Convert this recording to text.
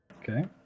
okay